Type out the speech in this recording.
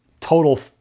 total